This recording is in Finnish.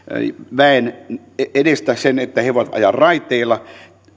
väen edestä sen että he he voivat ajaa raiteilla